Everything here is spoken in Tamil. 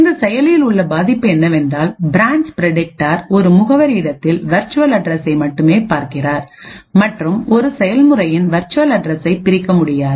இந்த செயலியில் உள்ள பாதிப்பு என்னவென்றால் பிரான்ச் பிரடிக்டார் ஒரு முகவரி இடத்தில் வெர்ச்சுவல் அட்ரசை மட்டுமே பார்க்கிறார் மற்றும் ஒரு செயல்முறையின் வெர்ச்சுவல் அட்ரசை பிரிக்க முடியாது